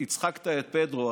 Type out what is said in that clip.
הצחקת את פדרו.